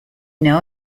know